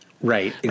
Right